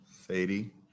Sadie